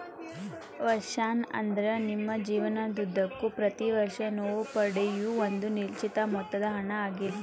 ವರ್ಷಾಶನ ಅಂದ್ರ ನಿಮ್ಮ ಜೇವನದುದ್ದಕ್ಕೂ ಪ್ರತಿ ವರ್ಷ ನೇವು ಪಡೆಯೂ ಒಂದ ನಿಶ್ಚಿತ ಮೊತ್ತದ ಹಣ ಆಗಿರ್ತದ